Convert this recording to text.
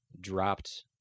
dropped